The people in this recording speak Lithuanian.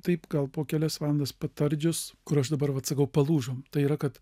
taip gal po kelias valandas patardžius kur aš dabar vat sakau palūžom tai yra kad